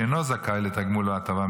שאינו זכאי לתגמול ההטבה,